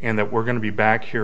and that we're going to be back here